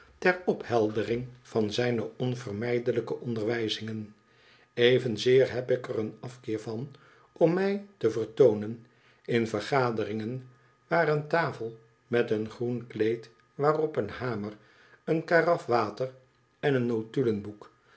ter opheldering van zijne onvermijdelijke onderwijzingen evenzeer heb ik er een afkeer van om mij te vertoonen in vergaderingen waar een tafel met een groen kleed waarop een hamer een karaf water en een notulenboek